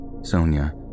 Sonia